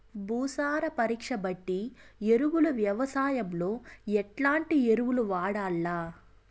భూసార పరీక్ష బట్టి ఎరువులు వ్యవసాయంలో ఎట్లాంటి ఎరువులు వాడల్ల?